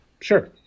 Sure